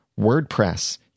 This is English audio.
WordPress